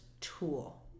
tool